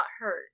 hurt